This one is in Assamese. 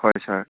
হয় ছাৰ